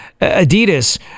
adidas